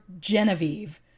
Genevieve